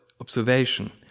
observation